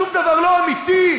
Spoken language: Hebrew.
שום דבר לא אמיתי,